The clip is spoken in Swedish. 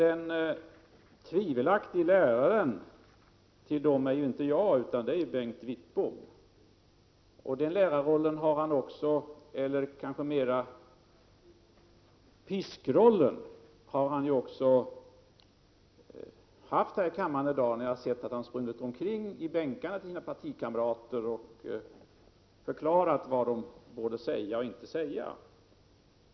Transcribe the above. Den tvivelaktige läraren till dem är inte jag, utan det är Bengt Wittbom, som i dag mer har intagit rollen av piska, när han har sprungit omkring i bänkarna till sina partikamrater och förklarat vad de borde säga och inte säga.